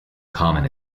common